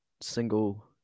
single